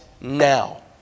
now